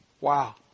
Wow